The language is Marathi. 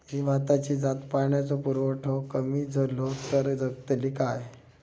ही भाताची जात पाण्याचो पुरवठो कमी जलो तर जगतली काय?